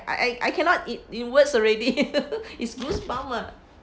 I I I cannot in in words already is goosebump ah